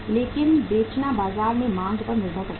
लेकिन बेचना बाजार में मांग पर निर्भर करता है